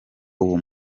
uwo